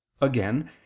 Again